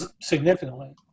significantly